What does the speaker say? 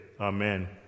Amen